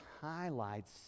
highlights